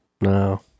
No